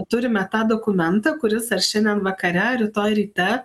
turime tą dokumentą kuris ar šiandien vakare ar rytoj ryte